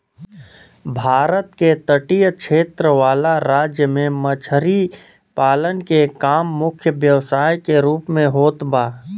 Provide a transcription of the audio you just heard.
भारत के तटीय क्षेत्र वाला राज्य में मछरी पालन के काम मुख्य व्यवसाय के रूप में होत बा